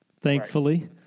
thankfully